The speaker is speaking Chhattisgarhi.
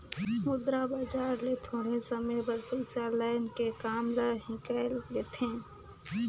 मुद्रा बजार ले थोरहें समे बर पइसा लाएन के काम ल हिंकाएल लेथें